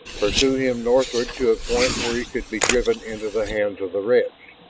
pursue him northward to a point where he could be driven into the hands of the reds?